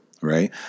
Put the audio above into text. right